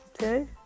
Okay